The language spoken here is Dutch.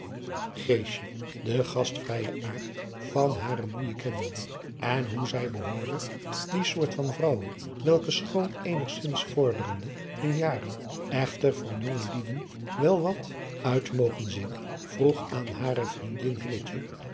den gastvrijen aard van hare moeije kennende en hoe zjj behoorde tot die soort van vrouwen welke schoon eenigszins vorderende in jaren echter van jonge lieden wel wat wit mogen zien vroeg aan hare vriendin